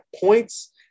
points